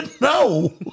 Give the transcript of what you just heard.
No